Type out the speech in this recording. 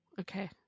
okay